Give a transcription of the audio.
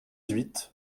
huit